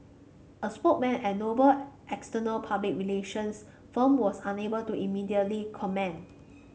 a spokesman at Noble external public relations firm was unable to immediately comment